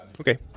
Okay